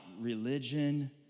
religion